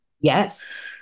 Yes